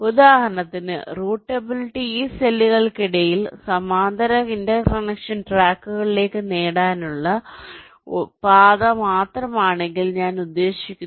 ഉദാഹരണത്തിന് റൂട്ടബിലിറ്റി ഈ സെല്ലുകൾക്കിടയിൽ സമാന്തര ഇന്റർകണക്ഷൻ ട്രാക്കുകളിലേക്ക് ഓടാനുള്ള പാത മാത്രമാണെങ്കിൽ ഞാൻ ഉദ്ദേശിക്കുന്നു